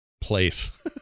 place